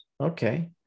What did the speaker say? okay